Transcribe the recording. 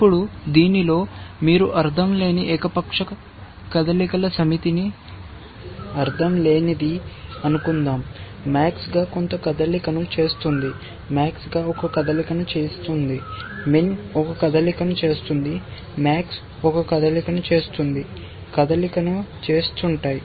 ఇప్పుడు దీనిలో మీరు అర్ధం లేని ఏకపక్ష కదలికల సమితిని అర్ధం లేని ధీ అనుకుందాం max గా కొంత కదలికను చేస్తుంది max గా ఒక కదలికను చేస్తుంది min ఒక కదలికను చేస్తుంది max గా ఒక కదలికను చేస్తుంది కదలికను చేస్తుంటాయి